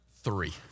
three